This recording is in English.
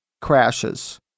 crashes